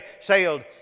sailed